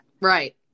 Right